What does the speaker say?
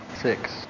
Six